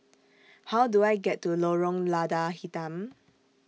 How Do I get to Lorong Lada Hitam